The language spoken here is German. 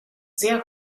sehr